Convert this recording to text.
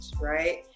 right